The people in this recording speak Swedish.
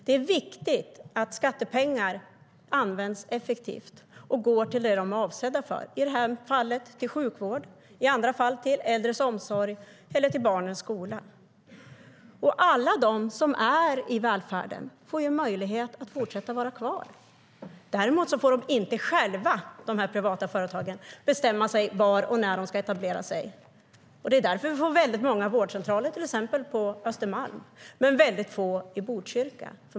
Det är viktigt att skattepengar används effektivt och går till det som de är avsedda för, i det här fallet till sjukvård, i andra fall till äldres omsorg eller till barnens skola. Alla som verkar i välfärden får möjlighet att vara kvar. Däremot får de privata företagen inte själva bestämma var och när de ska etablera sig. Det är därför som det finns så många vårdcentraler till exempel på Östermalm, men väldigt få i Botkyrka.